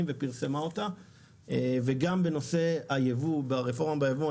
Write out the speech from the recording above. ופרסמה אותה וגם בנושא היבוא והרפורמה ביבוא,